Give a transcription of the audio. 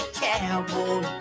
cowboy